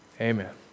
Amen